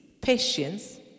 patience